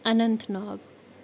اَنَنت ناگ